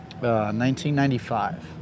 1995